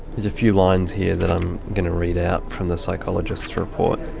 there's a few lines here that i'm going to read out from the psychologist's report